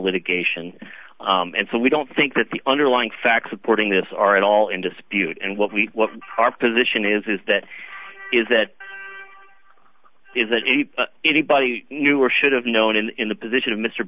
litigation and so we don't think that the underlying facts supporting this are at all in dispute and what we what our position is is that is that is that anybody knew or should have known and in the position of mr